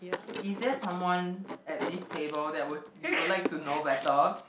is there someone at this table that were you would like to know better